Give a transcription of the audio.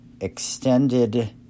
extended